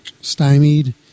Stymied